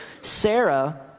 Sarah